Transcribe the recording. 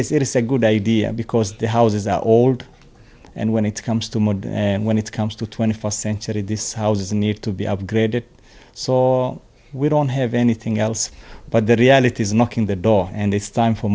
way it is a good idea because the houses are old and when it comes to money when it comes to twenty first century this house is in need to be upgraded saw we don't have anything else but the reality is knocking the door and it's time for